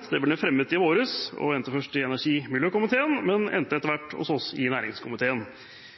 Det ble fremmet i våres og kom først til energi- og miljøkomiteen, men endte etter hvert hos oss i næringskomiteen.